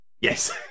Yes